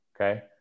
Okay